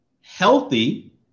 healthy